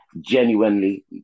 genuinely